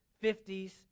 fifties